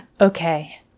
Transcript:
Okay